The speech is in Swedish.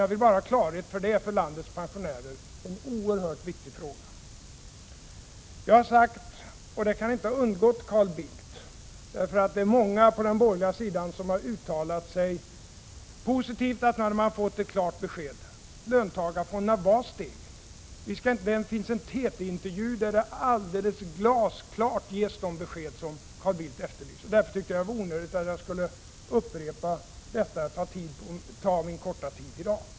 Jag vill bara skapa klarhet i denna för landets pensionärer så oerhört viktiga fråga. Många på den borgerliga sidan har uttalat sig positivt om att de nu har fått klart besked: Löntagarfonderna var steget. Det kan inte ha undgått Carl Bildt. I en TT-intervju gavs alldeles glasklart de besked som Carl Bildt efterlyser. Därför tyckte jag det var onödigt att jag skulle upprepa dessa under min korta taletid i dag.